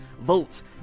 votes